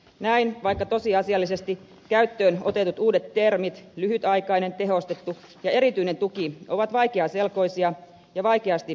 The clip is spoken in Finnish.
näin vaikka tosiasiallisesti käyttöön otetut uudet termit lyhytaikainen tehostettu ja erityinen tuki ovat vaikeaselkoisia ja vaikeasti omaksuttavia